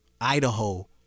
Idaho